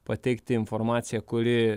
pateikti informaciją kuri